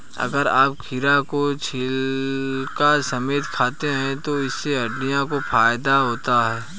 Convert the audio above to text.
अगर आप खीरा को छिलका समेत खाते हैं तो इससे हड्डियों को फायदा होता है